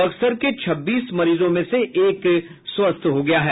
बक्सर के छब्बीस मरीजों में से एक स्वस्थ हो गया है